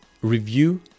Review